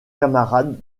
camarades